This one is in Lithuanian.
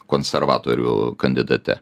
konservatorių kandidate